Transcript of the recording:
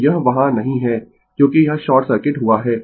तो यह वहाँ नहीं है क्योंकि यह शॉर्ट सर्किट हुआ है